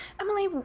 Emily